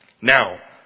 Now